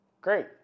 Great